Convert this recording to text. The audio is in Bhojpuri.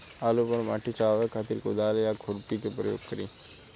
आलू पर माटी चढ़ावे खातिर कुदाल या खुरपी के प्रयोग करी?